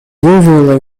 usually